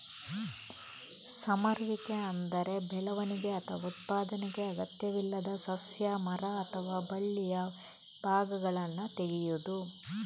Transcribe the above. ಸಮರುವಿಕೆ ಅಂದ್ರೆ ಬೆಳವಣಿಗೆ ಅಥವಾ ಉತ್ಪಾದನೆಗೆ ಅಗತ್ಯವಿಲ್ಲದ ಸಸ್ಯ, ಮರ ಅಥವಾ ಬಳ್ಳಿಯ ಭಾಗಗಳನ್ನ ತೆಗೆಯುದು